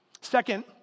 Second